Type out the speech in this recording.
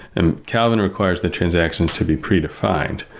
and calvin requires the transaction to be pre-defined.